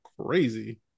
crazy